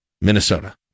Minnesota